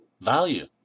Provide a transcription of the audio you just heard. value